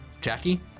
Jackie